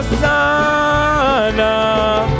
sana